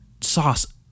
sauce